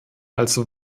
also